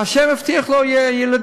ה' הבטיח לו ילדים.